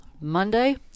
Monday